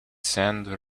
sand